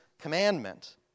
commandment